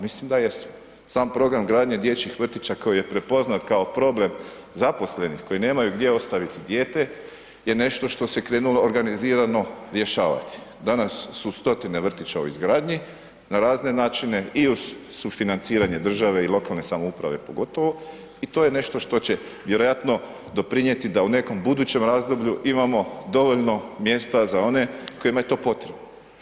Mislim da jesmo, sam program gradnje dječjih vrtića koji je prepoznat kao problem zaposlenih, koji nemaju gdje ostaviti dijete je nešto što se krenulo organizirano rješavati, danas su stotine vrtića u izgradnji na razne načine i uz sufinanciranje države i lokalne samouprave pogotovo i to je nešto što će vjerojatno doprinjeti da u nekom budućem razdoblju imamo dovoljno mjesta za one kojima je to potrebno.